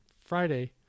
Friday